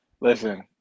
listen